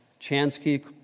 Chansky